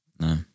No